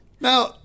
Now